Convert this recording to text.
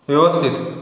व्यवस्थित